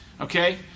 Okay